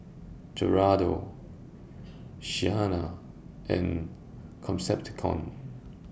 Gerardo Shanna and Concepcion